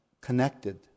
connected